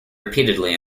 repeatedly